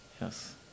Yes